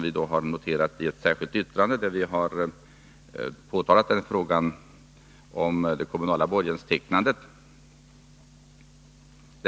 I ett särskilt yttrande har vi tagit upp frågan om kommunal borgen.